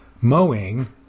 Mowing